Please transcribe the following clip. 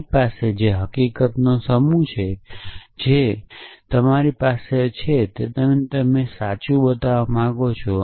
તમારી પાસે જે હકીકતોનો સમૂહ છે જે તમારી પાસે નથી તે કંઈક છે જે તમે સાચું બતાવવા માંગો છો